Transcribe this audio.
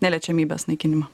neliečiamybės naikinimą